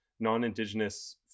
non-indigenous